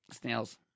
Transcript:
snails